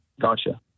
Gotcha